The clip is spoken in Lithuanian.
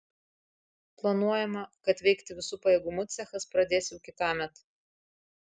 planuojama kad veikti visu pajėgumu cechas pradės jau kitąmet